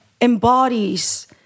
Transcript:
embodies